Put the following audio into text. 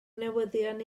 newyddion